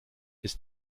ist